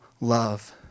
love